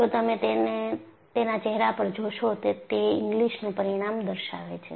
જો તમે તેના ચહેરા પર જોશો તો તે ઇંગ્લિસનું પરિણામ દર્શાવે છે